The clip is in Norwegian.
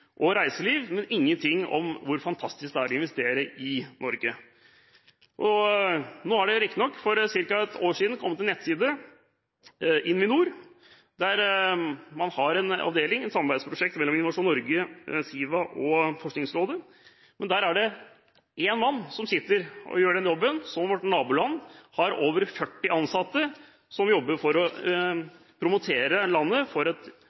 og reiseliv. Men det var ingenting om hvor fantastisk det er å investere i Norge. For ca. ett år siden kom det riktignok en nettside, invinor.no. Der har man en avdeling som er et samarbeidsprosjekt mellom Innovasjon Norge, SIVA og Forskningsrådet. Der er det én mann som sitter og gjør jobben, mens vårt naboland har over 40 ansatte som jobber for å promotere landet som et